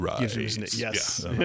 yes